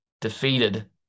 defeated